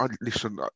listen